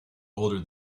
older